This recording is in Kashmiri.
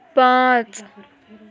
پانٛژھ